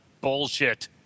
bullshit